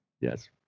yes